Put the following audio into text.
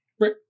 Right